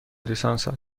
لیسانست